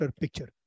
picture